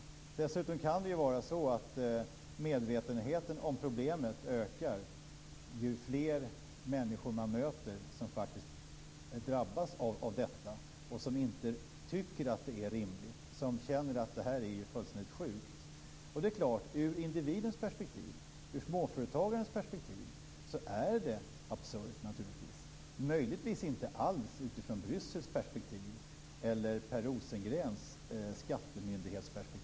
Dessutom kan det vara så att medvetenheten om problemet ökar ju fler människor man möter som faktiskt drabbas av detta och som inte tycker att det är rimligt utan känner att det är fullständigt sjukt. Ur individens perspektiv - ur småföretagarens perspektiv - är det klart att det är absurt. Det är möjligtvis inte alls absurt utifrån Bryssels perspektiv eller utifrån Per Rosengrens skattemyndighetsperspektiv.